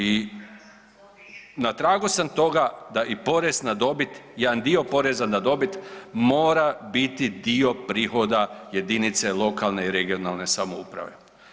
I na tragu sam toga da i porez na dobit, jedan dio poreza na dobit mora biti dio prihoda jedinice lokalne i regionalne samouprave.